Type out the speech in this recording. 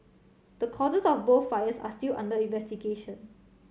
the causes of both fires are still under investigation